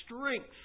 strength